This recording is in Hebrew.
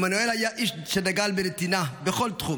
עמנואל היה איש שדגל בנתינה בכל תחום.